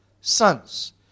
sons